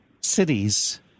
cities